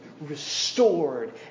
restored